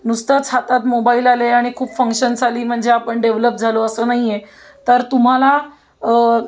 नुसतंच हातात मोबाईल आले आणि खूप फंक्शन्स आली म्हणजे आपण डेव्हलप झालो असं नाही आहे तर तुम्हाला